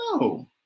No